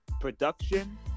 production